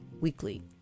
weekly